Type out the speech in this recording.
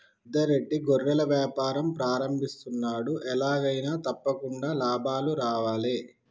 పెద్ద రెడ్డి గొర్రెల వ్యాపారం ప్రారంభిస్తున్నాడు, ఎలాగైనా తప్పకుండా లాభాలు రావాలే